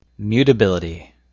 Mutability